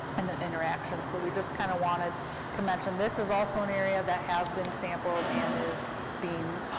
and the interactions, but we just kind of wanted to mention, this is also an area that has been sampled, and is being,